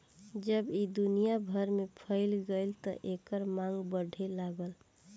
जब ई दुनिया भर में फइल गईल त एकर मांग बढ़े लागल